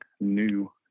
new